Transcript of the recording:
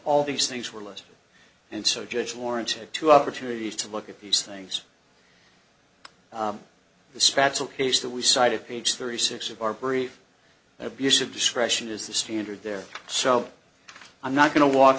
all these things were less and so judge warranted two opportunities to look at these things the strata case that we cited page thirty six of our brief abuse of discretion is the standard there so i'm not going to walk